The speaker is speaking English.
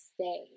stay